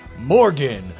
Morgan